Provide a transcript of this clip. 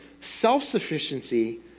self-sufficiency